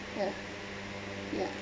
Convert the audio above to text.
ya ya